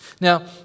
Now